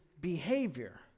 behavior